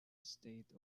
estate